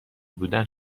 بودن